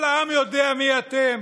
כל העם יודע מי אתם.